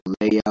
layout